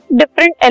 different